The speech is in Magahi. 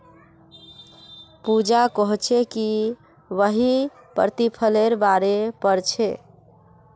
पूजा कोहछे कि वहियं प्रतिफलेर बारे पढ़ छे